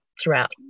throughout